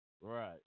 Right